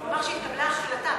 הוא אמר שהתקבלה החלטה,